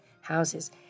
houses